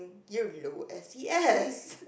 you low S_E_S